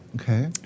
Okay